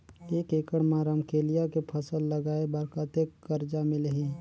एक एकड़ मा रमकेलिया के फसल लगाय बार कतेक कर्जा मिलही?